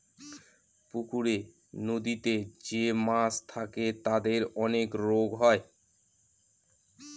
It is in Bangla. পুকুরে, নদীতে যে মাছ থাকে তাদের অনেক রোগ হয়